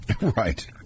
Right